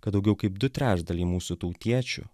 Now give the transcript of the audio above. kad daugiau kaip du trečdaliai mūsų tautiečių